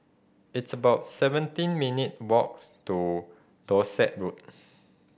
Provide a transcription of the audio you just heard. it's about seventeen minute walks to Dorset Road